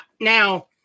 Now